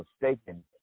mistaken